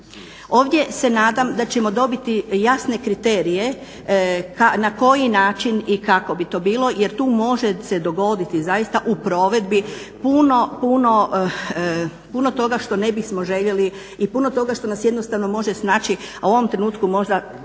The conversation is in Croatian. Ovdje se nadam da ćemo dobiti jasne kriterije na koji način i kako bi to bilo jer tu može se dogoditi zaista u provedbi puno, puno toga što ne bismo željeli i puno toga što nas jednostavno može snaći, a u ovom trenutku možda